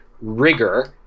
rigor